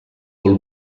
col